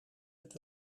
het